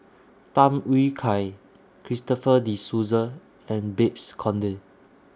Tham Yui Kai Christopher De Souza and Babes Conde